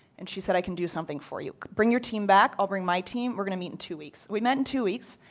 and she said i can do something for you. bring your team back, i'll bring my team. we're going to meet in two weeks. we met in two weeks.